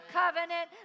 covenant